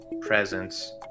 presence